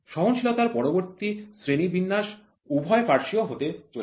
সহনশীলতার পরবর্তী শ্রেণিবিন্যাস উভয় পার্শ্বীয় হতে চলেছে